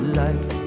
life